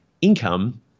income